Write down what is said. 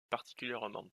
particulièrement